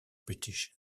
british